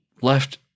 left